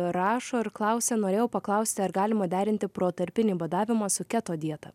rašo ir klausia norėjau paklausti ar galima derinti protarpinį badavimą su keto dieta